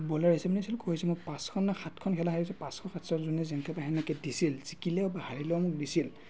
bowler হিচাপে মই পাঁচখন নে সাতখন খেলা খেলিছোঁ পাঁচশ সাতশজনে যেনেকে পায় সেনেকে দিছিল জিকিলে বা হাৰিলেও মোক দিছিল